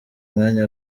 mwanya